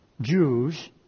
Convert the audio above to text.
Jews